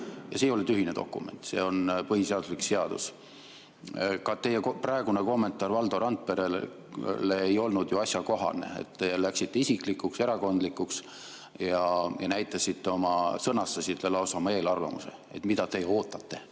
See ei ole tühine dokument, see on põhiseaduslik seadus. Ka teie praegune kommentaar Valdo Randperele ei olnud ju asjakohane, te läksite isiklikuks, erakondlikuks ja sõnastasite lausa oma eelarvamuse, et mida te ootate.